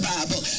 Bible